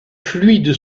fluide